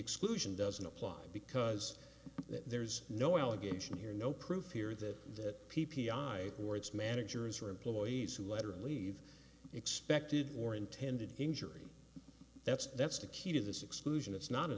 exclusion doesn't apply because there's no allegation here no proof here that the p p i or its managers or employees who lettering leave expected or intended injury that's that's the key to this exclusion it's not an